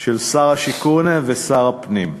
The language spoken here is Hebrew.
של שר השיכון ושר הפנים.